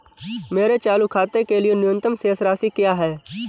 मेरे चालू खाते के लिए न्यूनतम शेष राशि क्या है?